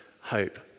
hope